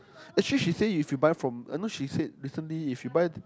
actually she say if you buy from I thought she said recently if you buy